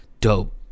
Dope